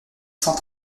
cent